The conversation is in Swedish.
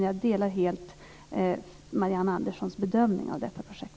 Jag delar dock helt Marianne Anderssons bedömning av detta projekt.